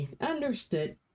understood